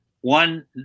One